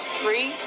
free